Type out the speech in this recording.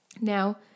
now